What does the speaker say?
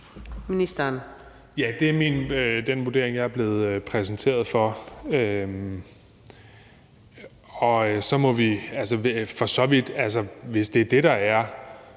Bek): Ja, det er den vurdering, jeg er blevet præsenteret for. Hvis det er det, der er